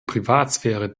privatsphäre